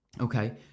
Okay